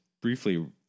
briefly